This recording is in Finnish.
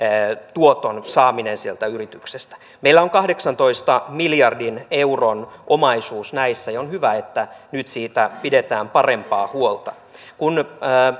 tuoton saaminen sieltä yrityksestä meillä on kahdeksantoista miljardin euron omaisuus näissä ja on hyvä että nyt siitä pidetään parempaa huolta kun